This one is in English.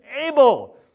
able